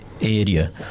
area